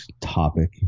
topic